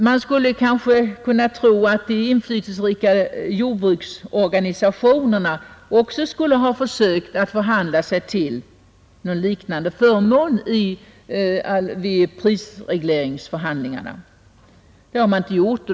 Man skulle kanske tro att de inflytelserika jordbruksorganisationerna också hade försökt förhandla sig till någon liknande förmån vid prisregleringsförhandlingarna. Det har man inte gjort.